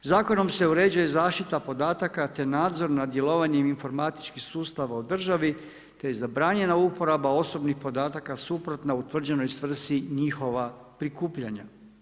Zakonom se uređuje zaštita podatka te nadzor nad djelovanjem informatičkih sustava u državi, te je zabranjena uporaba osobnih podataka suprotno utvrđenoj svrsi njihova prikupljanja.